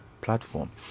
platform